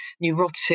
neurotic